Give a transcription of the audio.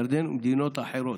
ירדן ומדינות אחרות.